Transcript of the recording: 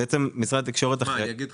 משרד התקשורת אחראי על